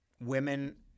women